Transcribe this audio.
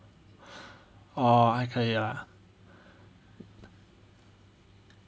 orh 还可以 lah